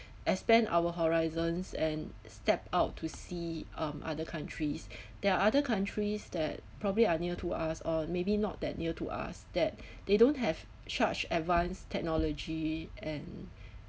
expand our horizons and stepped out to see um other countries there are other countries that probably are near to us or maybe not that near to us that they don't have such advanced technology and